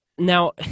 Now